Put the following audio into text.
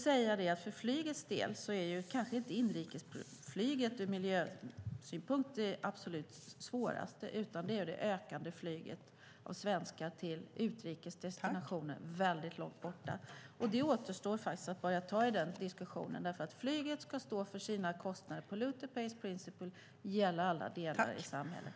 När det gäller flyget är det kanske inte inrikesflyget som ur miljösynpunkt är det svåraste utan det är det ökande flyget med svenskar till utrikes destinationer mycket långt bort. Det återstår att påbörja denna diskussion eftersom flyget ska stå för sina kostnader. Polluter pays principle ska gälla alla delar i samhället.